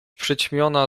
przyćmiona